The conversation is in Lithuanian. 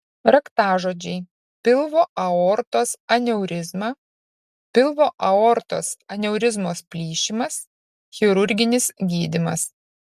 raktažodžiai pilvo aortos aneurizma pilvo aortos aneurizmos plyšimas chirurginis gydymas